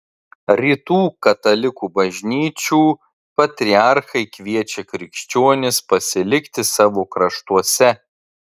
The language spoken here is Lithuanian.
rytų katalikų bažnyčių patriarchai kviečia krikščionis pasilikti savo kraštuose